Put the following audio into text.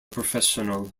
professional